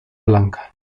blanca